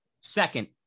Second